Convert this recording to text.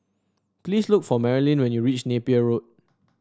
please look for Marilyn when you reach Napier Road